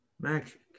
Magic